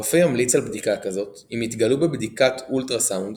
הרופא ימליץ על בדיקה כזאת אם יתגלו בבדיקת אולטרה סאונד